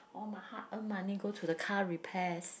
all my hard earn money go to the car repairs